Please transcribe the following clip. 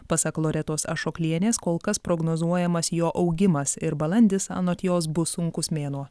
pasak loretos ašoklienės kol kas prognozuojamas jo augimas ir balandis anot jos bus sunkus mėnuo